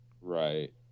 Right